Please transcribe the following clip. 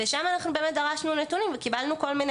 ולכן שם אנחנו דרשנו נתונים וקיבלנו כל מיני